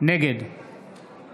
נגד